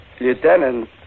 Lieutenant